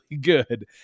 good